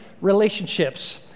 relationships